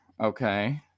Okay